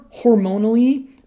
hormonally